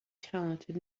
talented